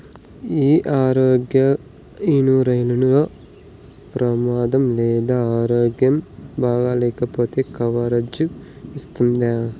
ఈ ఆరోగ్య ఇన్సూరెన్సు లో ప్రమాదం లేదా ఆరోగ్యం బాగాలేకపొతే కవరేజ్ ఇస్తుందా?